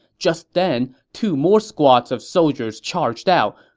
just then, two more squads of soldiers charged out.